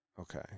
Okay